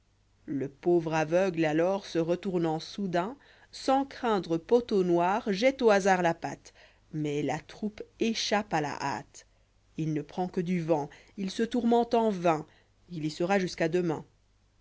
le pauvre aveugle alors se retournant soudain sans craindre pot au noir jette au hasard la patte mais la troupe échappe à la hâte il ne prend que du vent il se tourmente en vain il y sera jusqu'à demain